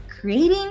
creating